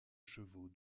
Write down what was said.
chevaux